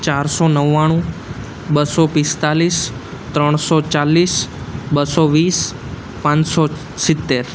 ચારસો નવ્વાણું બસો પિસ્તાળીસ ત્રણસો ચાલીસ બસો વીસ પાંચસો સિત્તેર